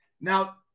Now